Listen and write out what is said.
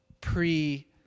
pre